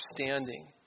understanding